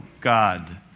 God